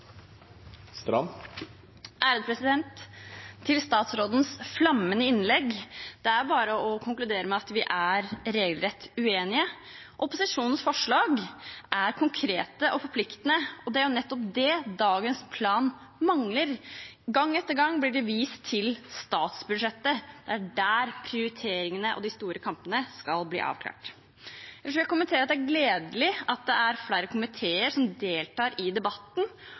bare å konkludere med at vi er regelrett uenige. Opposisjonens forslag er konkrete og forpliktende, og det er nettopp det dagens plan mangler. Gang etter gang blir det vist til statsbudsjettet; det er der prioriteringene og de store kampene skal bli avklart. Ellers vil jeg kommentere at det er gledelig at det er representanter fra flere komiteer som deltar i debatten